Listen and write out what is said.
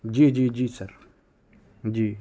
جی جی جی سر جی